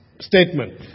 statement